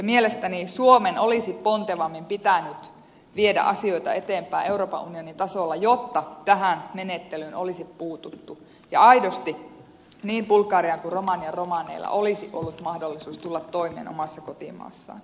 mielestäni suomen olisi pontevammin pitänyt viedä asioita eteenpäin euroopan unionin tasolla jotta tähän menettelyyn olisi puututtu ja aidosti niin bulgarian kuin romanian romaneilla olisi ollut mahdollisuus tulla toimeen omassa kotimaassaan